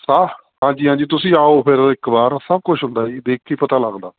ਹਾਂ ਹਾਂਜੀ ਹਾਂਜੀ ਤੁਸੀਂ ਆਓ ਫਿਰ ਇੱਕ ਵਾਰ ਸਭ ਕੁਛ ਹੁੰਦਾ ਜੀ ਦੇਖ ਕੇ ਹੀ ਪਤਾ ਲੱਗਦਾ